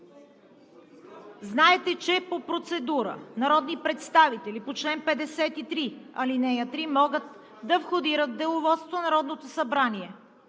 Знаете, че по процедура народни представители по чл. 53, ал. 3, могат да входират в Деловодството на Народното събрание